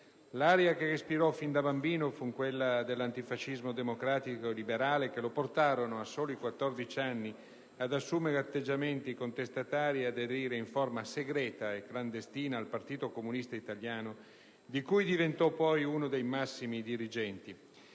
L'aria che respirò fin da bambino fu quella dell'antifascismo democratico e liberale che lo portò, a soli 14 anni, ad assumere atteggiamenti contestatari e ad aderire in forma segreta e clandestina al Partito Comunista Italiano di cui diventò poi uno dei massimi dirigenti.